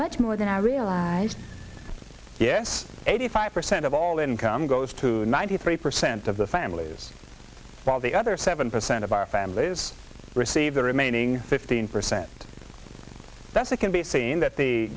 much more than i realized yes eighty five percent of all income goes to ninety three percent of the families while the other seven percent of our families receive the remaining fifteen percent that's it can be seen that the